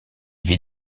vit